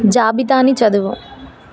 జాబితాని చదువు